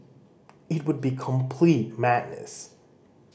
it would be complete madness